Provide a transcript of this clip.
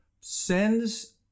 sends